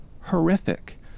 horrific